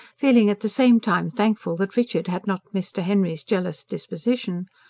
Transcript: feeling at the same time thankful that richard had not mr. henry's jealous disposition.